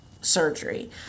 surgery